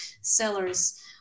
sellers